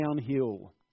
downhill